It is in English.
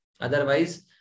Otherwise